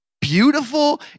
beautiful